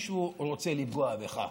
משום שמישהו רוצה לפגוע בך.